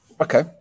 Okay